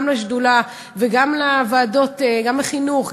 גם לשדולה וגם לוועדות: חינוך,